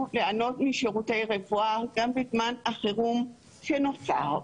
ליהנות משירותי רפואה גם בזמן החירום שנוצר.